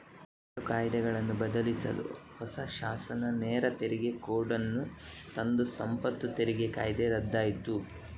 ಎರಡು ಕಾಯಿದೆಗಳನ್ನು ಬದಲಿಸಲು ಹೊಸ ಶಾಸನ ನೇರ ತೆರಿಗೆ ಕೋಡ್ ಅನ್ನು ತಂದು ಸಂಪತ್ತು ತೆರಿಗೆ ಕಾಯ್ದೆ ರದ್ದಾಯ್ತು